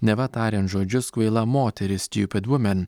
neva tariant žodžius kvaila moteris stjupid vumen